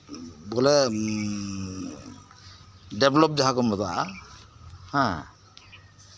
ᱵᱚᱞᱮ ᱰᱮᱵᱞᱚᱯ ᱡᱟᱦᱟᱸ ᱠᱚ ᱢᱮᱛᱟᱜᱼᱟ ᱦᱮᱸ